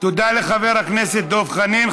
תודה לחבר הכנסת דב חנין.